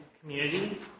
community